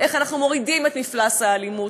איך אנחנו מורידים את מפלס האלימות,